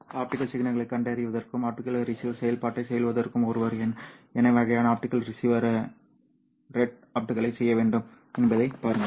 optical சிக்னல்களைக் கண்டறிவதற்கும் optical receiver செயல்பாட்டைச் செய்வதற்கும் ஒருவர் என்ன வகையான ஆப்டிகல் ரிசீவர் டிரேட்ஆஃப்களைச் செய்ய வேண்டும் என்பதைப் பாருங்கள்